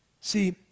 See